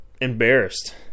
embarrassed